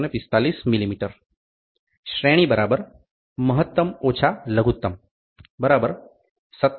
89445 mm શ્રેણી મહત્તમ લઘુત્તમ 57